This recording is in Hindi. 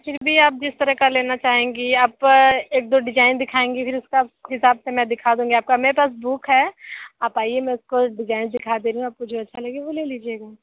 ज्वेलरी आप जिस तरह का लेना चाहेंगी आप को एक दो डिज़ाइन दिखाएंगे फिर उसका हिसाब से मैं दिखा दूंगी आपका मेरे पास बुक है आप आइए मेरे को डिज़ाइन दिखा दे रही हूँ आपको जो अच्छा लगे आप वो ले लीजिएगा